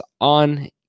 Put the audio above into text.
on